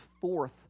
fourth